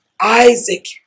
Isaac